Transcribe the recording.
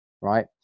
Right